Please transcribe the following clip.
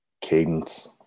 cadence